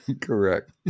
Correct